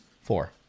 Four